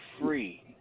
free